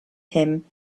him